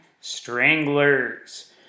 Stranglers